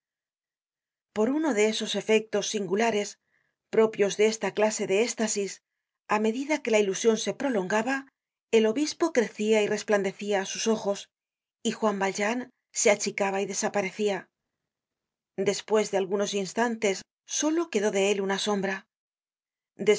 por uno de esos efectos singulares propios de esta clase de éstasis á medida que la ilusion se prolongaba el obispo crecia y resplandeciaá sus ojos y juan valjean se achicaba y desaparecia despues de algunos instantes solo quedó de él una sombra despues